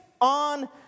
on